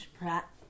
Pratt